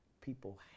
people